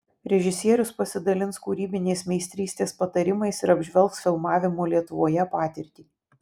režisierius pasidalins kūrybinės meistrystės patarimais ir apžvelgs filmavimo lietuvoje patirtį